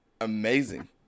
amazing